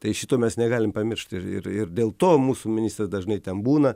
tai šito mes negalim pamiršti ir ir dėl to mūsų ministras dažnai ten būna